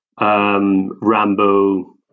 Rambo